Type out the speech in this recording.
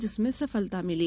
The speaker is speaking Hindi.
जिसमें सफलता मिली